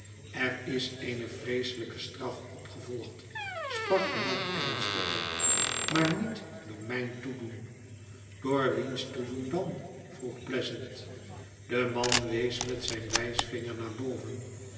r is eene vreeselijke straf op gevolgd spark de man ernstiger imaar niet door mijn toedoen door wiens toedoen dan vroeg pleasant de man wees met zijn wijsvinger naar boven